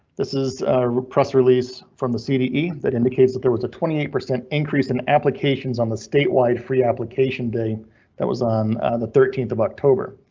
this is a press release from the cd that indicates that there was a twenty eight percent increase in applications on the statewide free application day that was on the thirteenth of october.